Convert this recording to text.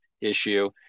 issue